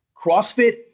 CrossFit